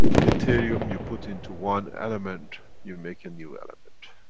deuterium you put into one element, you make a new element.